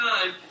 time